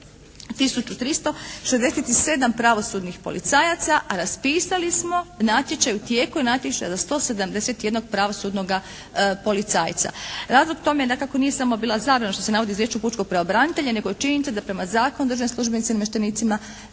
1367 pravosudnih policajaca, a raspisali smo natječaj, u tijeku je natječaj za 171 pravosudnog policajca. Razlog tome dakako nije samo bila zabrana što se navodi u izvješću pučkog pravobranitelja, nego i činjenica da prema Zakonu o državnim službenicima i namještenicima